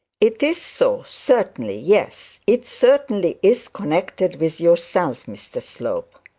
it is so certainly yes, it certainly is connected with yourself, mr slope